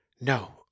No